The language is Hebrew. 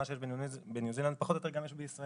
מה שיש בניו זילנד, פחות או יותר גם יש בישראל.